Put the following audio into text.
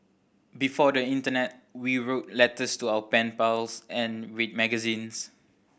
before the internet we wrote letters to our pen pals and read magazines